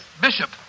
Bishop